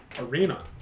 arena